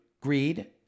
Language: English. greed